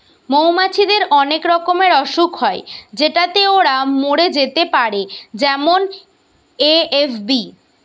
মৌমাছিদের অনেক রকমের অসুখ হয় যেটাতে ওরা মরে যেতে পারে যেমন এ.এফ.বি